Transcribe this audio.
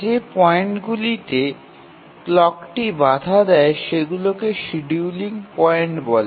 যে পয়েন্টগুলিতে ক্লকটি বাধা দেয় সেগুলিকে শিডিউলিং পয়েন্ট বলে